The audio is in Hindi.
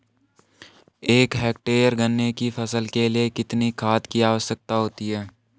एक हेक्टेयर गन्ने की फसल के लिए कितनी खाद की आवश्यकता होगी?